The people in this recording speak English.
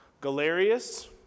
Galerius